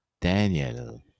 Daniel